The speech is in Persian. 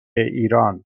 ایران